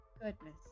Goodness